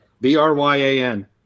B-R-Y-A-N